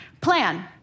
Plan